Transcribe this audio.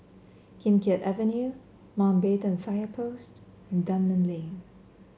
Kim Keat Avenue Mountbatten Fire Post and Dunman Lane